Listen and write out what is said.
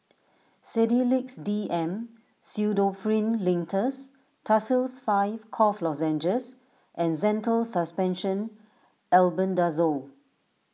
Sedilix D M Pseudoephrine Linctus Tussils five Cough Lozenges and Zental Suspension Albendazole